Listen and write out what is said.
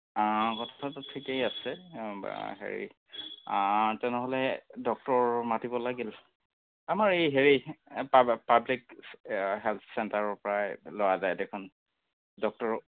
অঁ কথাটোতো ঠিকেই আছে হেৰি তেনেহ'লে ডক্টৰ মাতিব লাগিল আমাৰ এই হেৰি পা পাব্লিক হেল্থ চেণ্টাৰৰ পৰা লোৱা যায় দেখোন ডক্টৰ